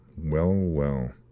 well, well.